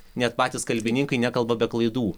net patys kalbininkai nekalba be klaidų